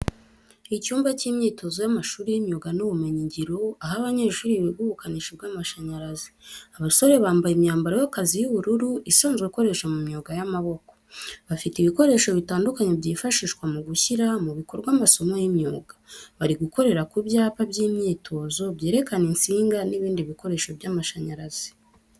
Icyumba cy’imyitozo y’amashuri y’imyuga n’ubumenyingiro, aho abanyeshuri biga ubukanishi bw’amashanyarazi. Abasore bambaye imyambaro y’akazi y'ubururu isanzwe ikoreshwa mu myuga y’amaboko. Bafite ibikoresho bitandukanye byifashishwa mu gushyira mu bikorwa amasomo y’imyuga. Bari gukorera ku byapa by’imyitozo byerekana insinga n’ibindi bikoresho by’amashanyarazi.